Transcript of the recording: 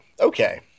okay